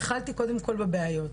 התחלתי קודם כל בבעיות,